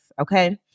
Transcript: Okay